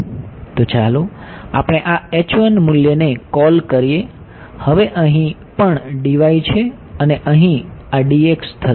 તો ચાલો આપણે આ મૂલ્યને કોલ કરીએ હવે અહીં પણ છે અને અહીં આ થશે